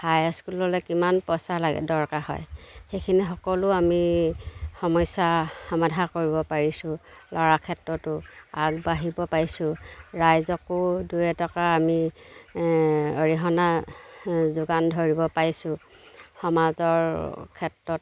হাই স্কুললৈ কিমান পইচা লাগে দৰকাৰ হয় সেইখিনি সকলো আমি সমস্যা সমাধা কৰিব পাৰিছোঁ ল'ৰাৰ ক্ষেত্ৰতো আগবাঢ়িব পাৰিছোঁ ৰাইজকো দুই এটকা আমি অৰিহণা যোগান ধৰিব পাৰছোঁ সমাজৰ ক্ষেত্ৰত